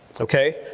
Okay